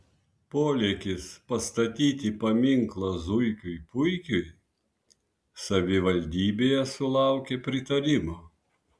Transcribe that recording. polėkis pastatyti paminklą zuikiui puikiui savivaldybėje sulaukė pritarimo